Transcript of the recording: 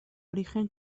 origen